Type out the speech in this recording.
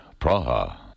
Praha